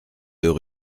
deux